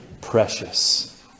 precious